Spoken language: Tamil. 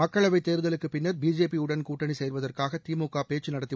மக்களவை தேர்தலுக்குப்பின்னர் பிஜேபியுடன் கூட்டணி சேர்வதற்காக திமுக பேச்சு நடத்தி